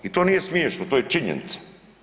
I to nije smiješno, to je činjenica.